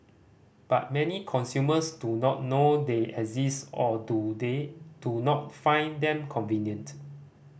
but many consumers do not know they exist or do they do not find them convenient